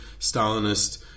Stalinist